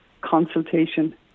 consultation